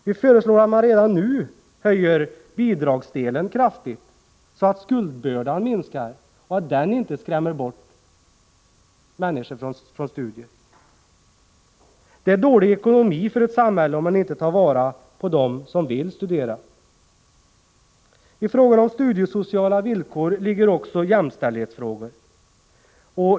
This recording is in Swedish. Vi föreslår att bidragsdelen redan nu höjs kraftigt, så att skuldbördan minskar. Just skuldbördan kan annars skrämma bort människor från studier. Det är dålig ekonomi för ett samhälle om man inte tar vara på dem som vill studera. I frågan om de studiesociala villkoren ligger också jämställdhetsfrågor.